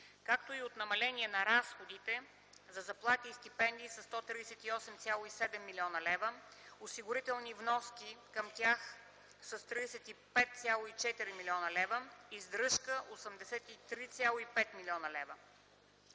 както и от намаление на разходите за заплати и стипендии с 138,7 млн. лв.; осигурителни вноски към тях с 35,4 млн. лв.; издръжка – 83,5 млн. лв.;